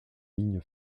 ligne